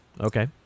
Okay